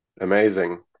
Amazing